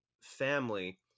family